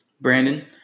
Brandon